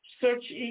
search